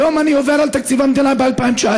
היום אני עובר על תקציב המדינה ב-2019,